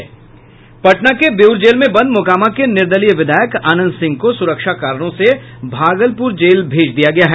पटना के बेऊर जेल में बंद मोकामा के निर्दलीय विधायक अनंत सिंह को सुरक्षा कारणों से भागलपुर जेल भेज दिया गया है